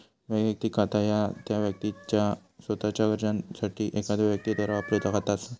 वैयक्तिक खाता ह्या त्या व्यक्तीचा सोताच्यो गरजांसाठी एखाद्यो व्यक्तीद्वारा वापरूचा खाता असा